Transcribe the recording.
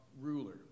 ruler